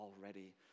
already